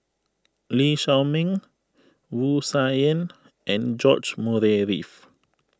Lee Shao Meng Wu Tsai Yen and George Murray Reith